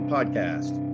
Podcast